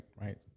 right